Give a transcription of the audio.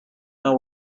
know